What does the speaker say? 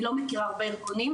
אני לא מכירה הרבה ארגונים,